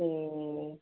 ते